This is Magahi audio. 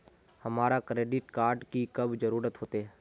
हमरा क्रेडिट कार्ड की कब जरूरत होते?